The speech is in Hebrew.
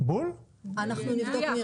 אנחנו נבדוק.